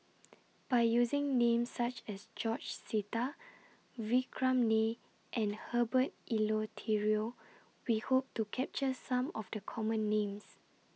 By using Names such as George Sita Vikram Nair and Herbert Eleuterio We Hope to capture Some of The Common Names